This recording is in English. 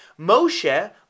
Moshe